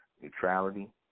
Neutrality